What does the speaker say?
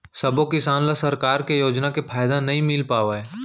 सबो किसान ल सरकार के योजना के फायदा नइ मिल पावय